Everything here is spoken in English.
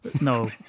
No